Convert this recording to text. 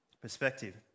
perspective